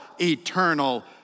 eternal